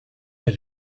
had